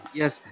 yes